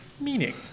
meaning